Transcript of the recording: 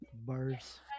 Bars